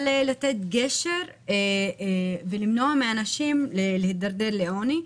לתת גשר ולמנוע מאנשים להידרדר לעוני,